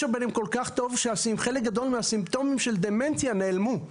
שחלק גדול מהסימפטומים של דמנציה נעלמו.